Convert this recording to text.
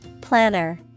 planner